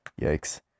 yikes